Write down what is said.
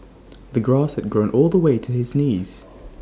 the grass had grown all the way to his knees